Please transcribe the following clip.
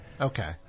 Okay